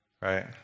Right